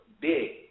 big